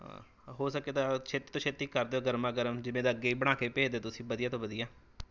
ਹੋ ਸਕੇ ਤਾਂ ਛੇਤੀ ਤੋਂ ਛੇਤੀ ਕਰ ਦਿਓ ਗਰਮਾਂ ਗਰਮ ਜਿਵੇਂ ਦਾ ਅੱਗੇ ਬਣਾ ਕੇ ਭੇਜਦੇ ਹੋ ਤੁਸੀਂ ਵਧੀਆ ਤੋਂ ਵਧੀਆ